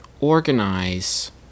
organize